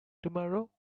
tomorrow